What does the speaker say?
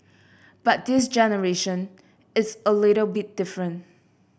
but this generation is a little bit different